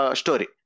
story